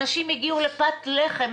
אנשים הגיעו לפת לחם.